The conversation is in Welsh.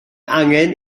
angen